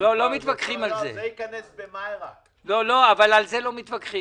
על זה הם לא מתווכחים,